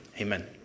Amen